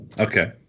Okay